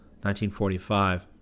1945